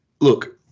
Look